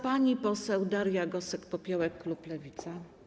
Pani poseł Daria Gosek-Popiołek, klub Lewica.